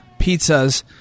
pizzas